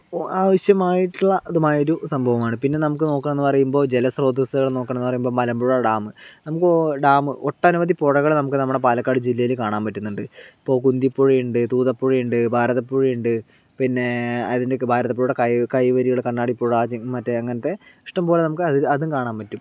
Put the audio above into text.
ആവശ്യമായിട്ടുള്ളതുമായ ഒരു സംഭവമാണ് പിന്നെ നമുക്ക് നോക്കണമെന്ന് പറയുമ്പോൾ ജല സ്രോതസ്സുകൾ നോക്കണമെന്ന് പറയുമ്പോൾ മലമ്പുഴ ഡാം നമുക്ക് ഡാം ഒട്ടനവധി പുഴകൾ നമുക്ക് നമ്മുടെ പാലക്കാട് ജില്ലയിൽ കാണാൻ പറ്റുന്നുണ്ട് ഇപ്പോൾ കുന്ദി പുഴയുണ്ട് ദൂത പുഴയുണ്ട് ഭാരത പുഴയുണ്ട് പിന്നെ അതിനൊക്കെ ഭാരത പുഴയുടെ കൈ കൈവരികൾ കണ്ണാടി പുഴ മറ്റെ അങ്ങനത്തെ ഇഷ്ടംപോലെ നമുക്ക് അതും കാണാൻ പറ്റും